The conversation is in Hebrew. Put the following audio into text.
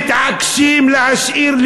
מתעקשים להשאיר,